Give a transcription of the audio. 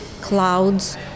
clouds